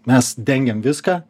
mes dengiam viską